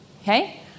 Okay